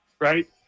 right